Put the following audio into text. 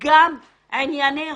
וגם ענייני הון,